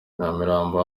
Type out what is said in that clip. nyamirambo